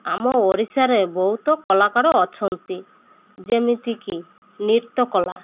ଆମ ଓଡ଼ିଶାରେ ବହୁତ କଳାକାର ଅଛନ୍ତି ଯେମିତିକି ନୃତ୍ୟକଳା